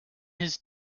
his